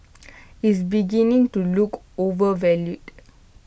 is beginning to look overvalued